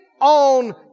On